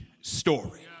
story